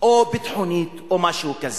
או ביטחונית, או משהו כזה.